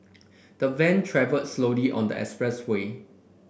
the van travelled slowly on the expressway